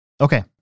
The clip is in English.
Okay